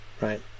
right